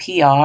PR